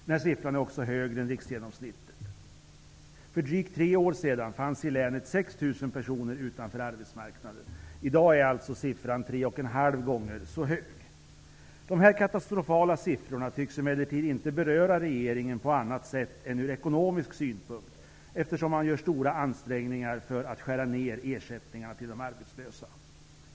Denna siffra är högre än riksgenomsnittet. För drygt tre år sedan fanns det i länet 6 000 personer utanför arbetsmarknaden. I dag är alltså siffran tre och en halv gånger så hög. Dessa katastrofala siffror tycks emellertid inte beröra regeringen på annat sätt än ur ekonomisk synpunkt, eftersom det görs stora ansträngningar att skära ned ersättningarna till de arbetslösa.